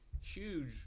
huge